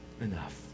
enough